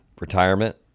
retirement